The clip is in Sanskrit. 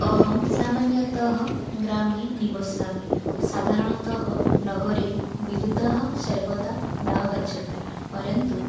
अहं सामान्यतः ग्रामे निवसामि साधारणतः नगरे विद्युतः सर्वदा न गच्छति परन्तु